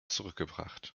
zurückgebracht